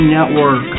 Network